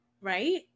right